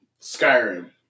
Skyrim